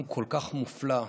עם כל כך מופלא,